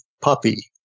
puppy